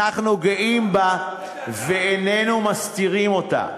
אנחנו גאים בה ואיננו מסתירים אותה.